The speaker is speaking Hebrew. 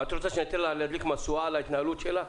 את רוצה שאתן לישראייר להדליק משואה על ההתנהלות שלה?